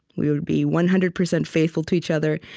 we would be one hundred percent faithful to each other.